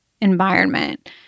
environment